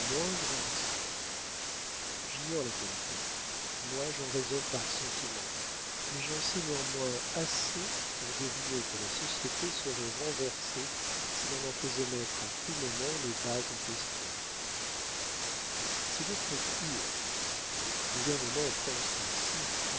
moindre ambition j'ignore la politique moi j'en raisonne par sentiment mais j'en sais néanmoins assez pour deviner que la société serait renversée si l'on en faisait mettre à tout moment les bases en question si votre cour si votre gouvernement pensent ainsi